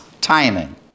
timing